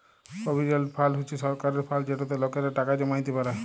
provident fund হছে সরকারের fund যেটতে লকেরা টাকা জমাইতে পারে